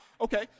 Okay